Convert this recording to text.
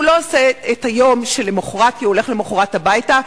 והוא לא עושה את היום שלמחרת כי הוא הולך למחרת הביתה.